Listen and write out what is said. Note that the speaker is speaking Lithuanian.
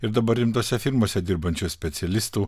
ir dabar rimtose firmose dirbančių specialistų